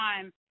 time